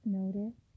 notice